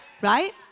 right